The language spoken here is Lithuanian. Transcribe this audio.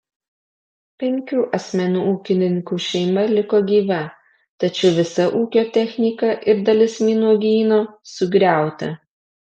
penkių asmenų ūkininkų šeima liko gyva tačiau visa ūkio technika ir dalis vynuogyno sugriauta